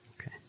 Okay